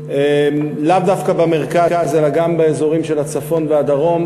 לאו דווקא במרכז אלא גם באזורים של הצפון והדרום,